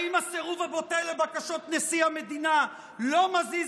האם הסירוב הבוטה לבקשות נשיא המדינה לא מזיז